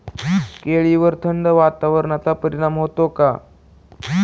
केळीवर थंड वातावरणाचा परिणाम होतो का?